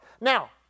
Now